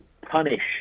punish